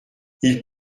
ils